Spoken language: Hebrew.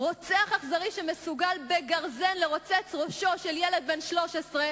רוצח אכזרי שמסוגל בגרזן לרוצץ ראשו של ילד בן 13,